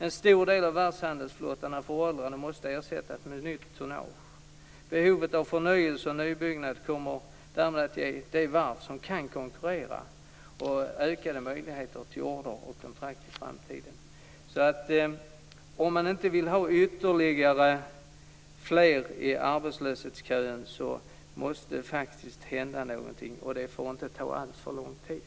En stor del av varvshandelsflottan är föråldrad och måste ersättas med nytt tonnage. Behovet av förnyelse och nybyggnad kommer därmed att ge de varv som kan konkurrera ökade möjligheter till order och kontrakt i framtiden. Om man inte vill ha ytterligare fler i arbetslöshetskön, måste det faktiskt hända någonting, och det får inte ta alltför lång tid.